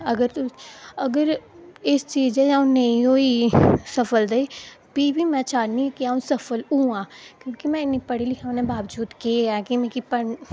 अगर तुस अगर इस चीज़ा अ'ऊं नेईं होई सफल दे फ्ही बी अ'ऊं चाह्नी कि अ'ऊं सफल होआं क्योंकि में इ'न्नी पढ़ी लिखी दी होने दे बावजूद केह् ऐ कि मिगी